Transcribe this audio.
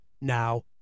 now